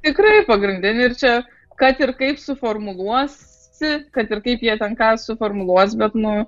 tikrai pagrindinį ir čia kad ir kaip suformuluosi kad ir kaip jie ten ką suformuluos bet nu